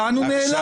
לאן הוא נעלם?